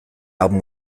album